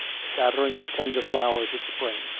shattering the tender flowers of spring,